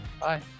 Bye